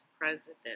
president